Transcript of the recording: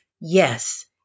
yes